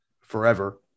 forever